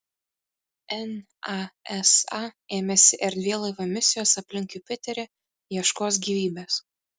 nasa ėmėsi erdvėlaivio misijos aplink jupiterį ieškos gyvybės